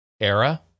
era